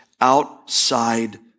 outside